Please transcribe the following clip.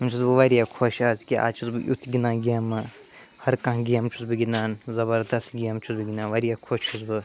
وٕنۍ چھُس بہٕ واریاہ خوش آز کہِ آز چھُس بہٕ یُتھ گِنٛدان گیمہٕ ہَر کانٛہہ گیمہٕ چھُس بہٕ گِنٛدان زبردست گیم چھُس بہٕ گِنٛدان واریاہ خوش چھُس بہٕ